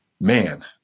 man